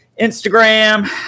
instagram